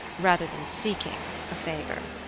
rather than seeking a favor.